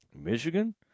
Michigan